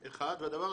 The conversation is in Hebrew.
כן.